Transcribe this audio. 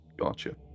Gotcha